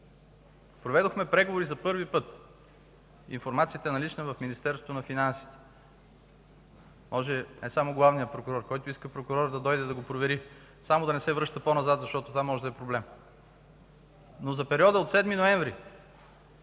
Проведохме за първи път преговори. Информацията е налична в Министерството на финансите. Може не само главният прокурор, който иска прокурор да дойде и да я провери. Само да не се връща по-назад, защото това може да е проблем. За периода обаче от 7 ноември